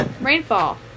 Rainfall